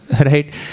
right